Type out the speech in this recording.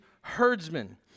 herdsmen